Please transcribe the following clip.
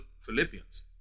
Philippians